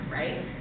right